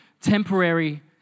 temporary